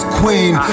queen